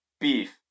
beef